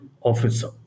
officer